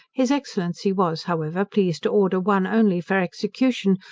his excellency was, however, pleased to order one only for execution,